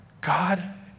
God